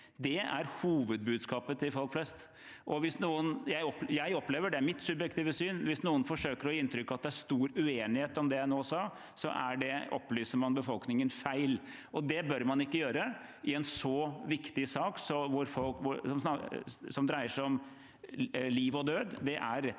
Det er hovedbudskapet til folk flest. Jeg opplever, og det er mitt subjektive syn, at hvis noen forsøker å gi inntrykk av at det er stor uenighet om det jeg nå sa, så opplyser man befolkningen feil. Det bør man ikke gjøre i en så viktig sak, som dreier seg om liv og død.